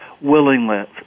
willingness